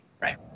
Right